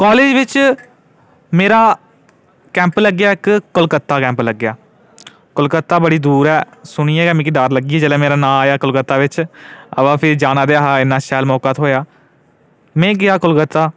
college बिच मेरा camp लग्गेआ इक कलकत्ता कैंप लग्गेआ कलकत्ता बड़ी दूर ऐ सुनियै गै मिगी डर लगी जंदा मेरा नांऽ आया कलकत्ता बिच्च फ्ही जाना पेआ हा इन्ना शैल मौका थोह्आ हा में गेआ कलकत्ता